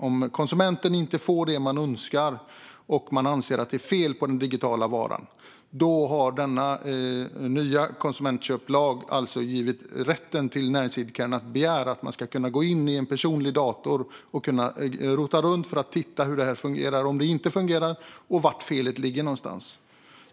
Om konsumenten inte får det som den önskar och anser att det är fel på den digitala varan har denna nya konsumentköplag givit näringsidkaren rätt att begära att få gå in i en personlig dator och rota runt för att se hur den fungerar, om den inte fungerar och var felet ligger.